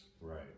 Right